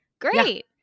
great